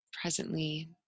Presently